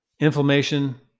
inflammation